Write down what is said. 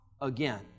again